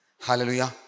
Hallelujah